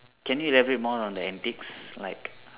can you elaborate more on the antics like